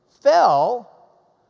fell